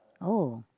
oh